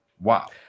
Wow